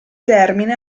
termine